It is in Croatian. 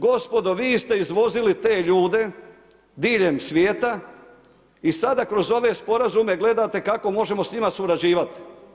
Gospodo, vi ste izvozili te ljude diljem svijeta i sada kroz ove sporazume gledate kako možemo s njima surađivati.